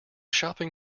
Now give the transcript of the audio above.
shopping